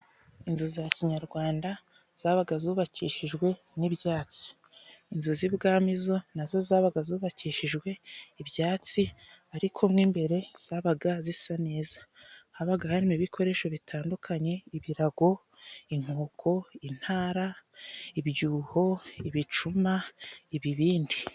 Inzu za kinyarwanda zabaga zubakishijwe n'ibyatsi, inzu z'ibwami zo na zo zabaga zubakishijwe ibyatsi, ariko mw'imbere zabaga zisa neza habaga harimo ibikoresho bitandukanye ibirago, inkoko, intara, ibyuho, ibicuma, ibibindi.